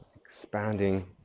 expanding